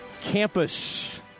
Campus